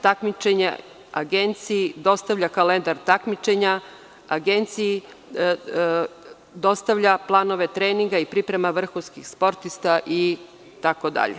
takmičenja Agenciji, dostavlja kalendar takmičenja Agenciji, dostavlja planove treninga i priprema vrhunskih sportista itd.